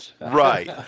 right